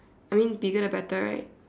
I mean bigger the better right